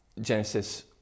Genesis